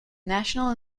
national